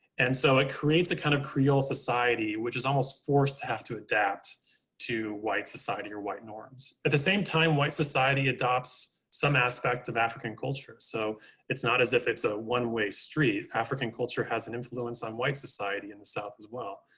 and so it creates a kind of creole society which is almost forced to have to adapt to white society or white norms. at the same time white society adopts some aspect of african culture. so it's not as if it's a one way street. african culture has an influence on white society in the south as well.